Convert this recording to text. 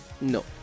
No